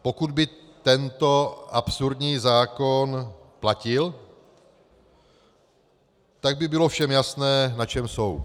Pokud by tento absurdní zákon platil, tak by bylo všem jasné, na čem jsou.